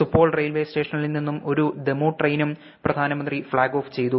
Supaul railway സ്റ്റേഷനിൽ നിന്നും ഒരു ദെമു ട്രെയിനും പ്രധാനമന്ത്രി ഫ്ളാഗ് ഓഫ് ചെയ്തു